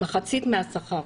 מחצית מהשכר.